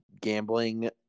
gambling